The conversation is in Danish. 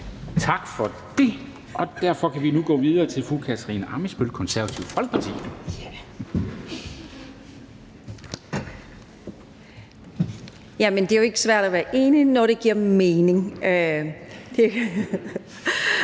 Tak for det. Derfor kan vi nu gå videre til fru Katarina Ammitzbøll, Det Konservative Folkeparti.